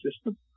system